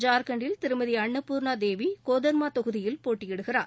ஜார்கண்டில் திருமதி அன்னபூர்ணா தேவி யாதவ் கோதர்மா தொகுதியில் போட்டியிடுகிறார்